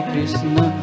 Krishna